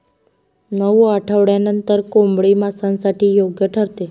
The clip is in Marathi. नऊ आठवड्यांनंतर कोंबडी मांसासाठी योग्य ठरते